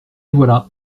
voilà